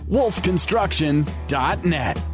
WolfConstruction.net